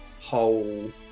whole